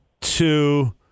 two